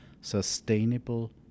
Sustainable